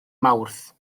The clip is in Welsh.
mawrth